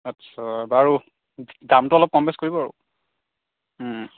আচ্ছা বাৰু দামটো অলপ কম বেছ কৰিব আৰু ওম